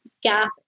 gap